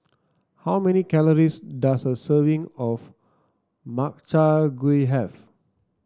how many calories does a serving of Makchang Gui have